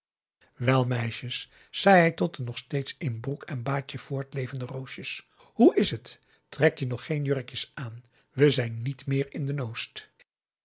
wel meisjes zei hij tot de nog steeds in broek en baadje voortlevende roosjes hoe is het trek je nog geen jurkjes aan we zijn niet meer in de n oost